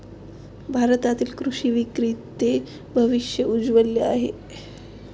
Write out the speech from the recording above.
भारतातील कृषी विक्रीचे भविष्य उज्ज्वल आहे